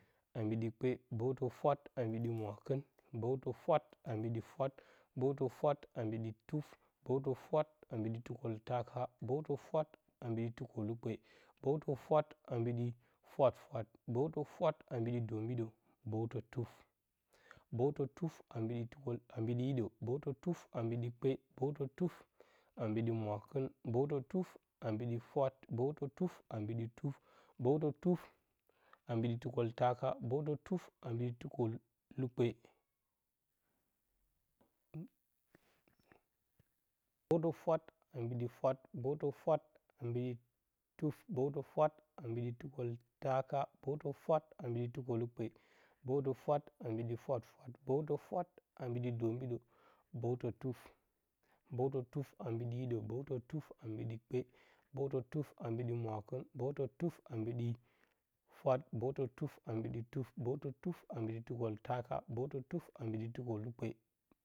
A mbiɗi kpe, bəwtə fwat a mbiɗi mwakɨ, bəwtə fwat a mbiɗi fwat, bəwtə fwat a mbiɗi tuf, bəw to fwat a mbiɗi tukoltaka, bəwtə fwata mbiɗi tukolukpe, bəwtə pwat a mbiɗi fwafwat, bewtə fwat a mbiɗi dombiɗi, bəwtə tuf. Bawtə tuf a mbiɗi tukol a mbiɗi hiɗə. k bəwtə tuf a mbiɗi kpe, bewta tuf a mbiɗi mwakɨn, bəwtə tuf a mbiɗi fwat, bəw tə tuf a mbiɗi tuf, bewtə tuf a mbiɗi tukoltaka. k bəutə tuf a mbiɗi tuku tukolukpe, bəwtə fwə a mbidi fwat bauta fwat a mbiɗi tuf, bəwtə fwat a mbiɗi tukoltaka, bəutə fwat a mbiɗi tu kolukpe, bəwtə fwat a mbiɗ fwafwat, bawtə fwat a mbiɗi dombiɗə bəwtə tufi. Bəntə tuf a mbiɗi hiɗə, bəwtə tuf a inbiɗi kpe, bəwtə tuf a mbiɗi mwakin, bətə tuf a mbiɗi fwat, bəwtə tuf a mbiɗi tuf, bəwtə tuf a mbiɗi tukoltaka bəwtə tuf a mbiɗi tuko lukpe.